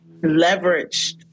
leveraged